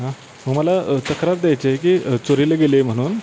हां मग मला तक्रार द्यायची आहे की चोरीला गेली आहे म्हणून